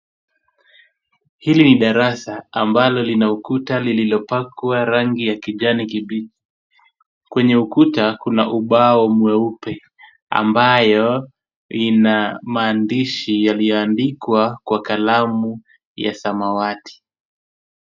Hili ni darasa ambalo lina ukuta lililopakwa rangi ya kijani kibichi. Kwenye ukuta kuna ubao mweupe ambayo ina maandishi yaliyoandikwa kwa kalamu ya samawati.